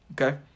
Okay